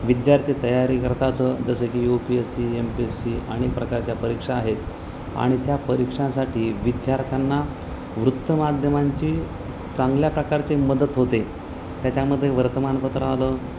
विद्यार्थी तयारी करतात जसं की U P S C M P S C अनेक प्रकारच्या परीक्षा आहेत आणि त्या परीक्षांसाठी विद्यार्थ्यांना वृत्तमाध्यमांची चांगल्या प्रकारची मदत होते त्याच्यामध्ये वर्तमानपत्र आलं